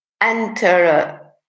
enter